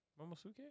Momosuke